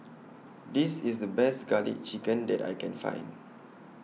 This IS The Best Garlic Chicken that I Can Find